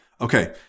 okay